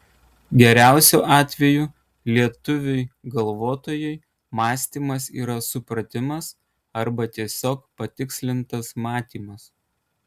geriausiu atveju lietuviui galvotojui mąstymas yra supratimas ar tiesiog patikslintas matymas